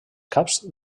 caps